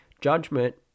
judgment